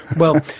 well,